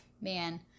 man